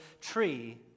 tree